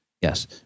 Yes